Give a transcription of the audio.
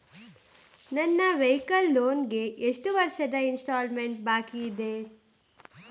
ನನ್ನ vehicle loan ಗೆ ಎಷ್ಟು ವರ್ಷದ ಇನ್ಸ್ಟಾಲ್ಮೆಂಟ್ ಬಾಕಿ ಇದೆ?